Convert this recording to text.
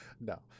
no